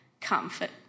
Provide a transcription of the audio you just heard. comfort